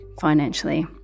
financially